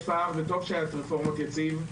וטוב שהיתה רפורמת יציב,